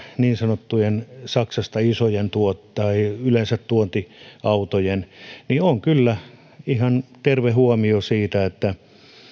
niin sanottujen saksasta tuotujen isojen tai yleensä tuontiautojen kannalta niin se on kyllä ihan terve huomio että